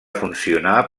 funcionar